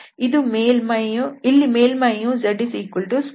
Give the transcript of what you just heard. ಇಲ್ಲಿ ಮೇಲ್ಮೈಯು zx2y2